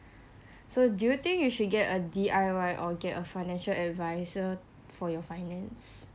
so do you think you should get a D_I_Y or get a financial advisor for your finance